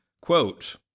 Quote